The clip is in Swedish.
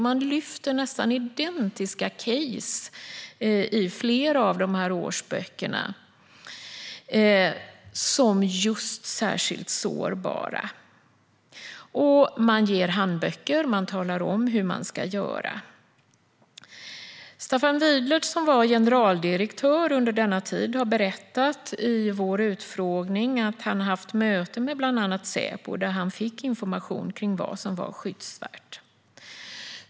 Man lyfter fram nästan identiska case i flera av årsböckerna som särskilt sårbara. Man ger ut handböcker och talar om hur myndigheterna ska göra. Staffan Widlert, som var generaldirektör under denna tid, har berättat i vår utfrågning att han haft möte med bland annat Säpo där han fick information om vad som var skyddsvärt.